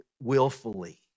willfully